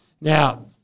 Now